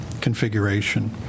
configuration